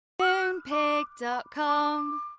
Moonpig.com